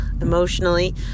emotionally